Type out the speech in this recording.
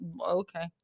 okay